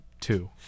two